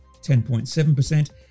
10.7%